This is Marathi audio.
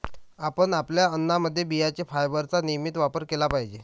आपण आपल्या अन्नामध्ये बियांचे फायबरचा नियमित वापर केला पाहिजे